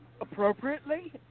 Appropriately